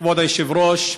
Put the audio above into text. כבוד היושב-ראש,